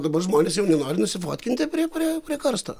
dabar žmonės jau nenori nusifotkinti prie prie prie karsto